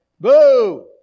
boo